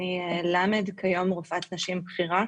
אני ל', כיום רופאת נשים בכירה.